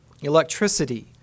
electricity